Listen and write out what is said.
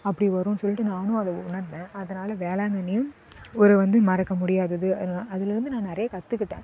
அப்படி வரும்னு சொல்லிட்டு நானும் அதை உணர்ந்தேன் அதனால் வேளாங்கண்ணியும் ஒரு வந்து மறக்க முடியாதது அதலாம் அதில் வந்து நான் நிறையா கற்றுக்கிட்டேன்